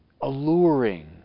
Alluring